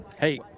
Hey